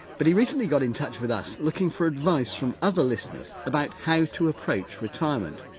but he recently got in touch with us looking for advice from other listeners about how to approach retirement.